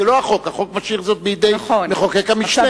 זה לא החוק, החוק הזה משאיר זאת בידי מחוקק המשנה.